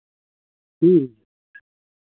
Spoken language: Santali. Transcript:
ᱦᱮᱸ